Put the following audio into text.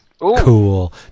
Cool